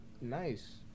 nice